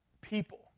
people